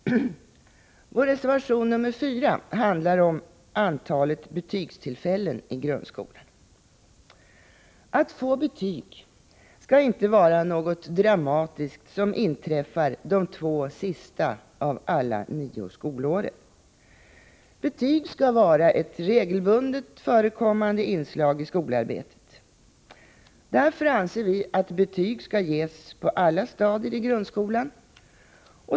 Vår reservation 4 handlar om antalet betygstillfällen i grundskolan. Att få betyg skall inte vara något dramatiskt som inträffar de två sista av alla nio skolåren. Betyg skall vara ett regelbundet förekommande inslag i skolarbetet. Därför anser vi att betyg skall ges på alla stadier i grundskolan.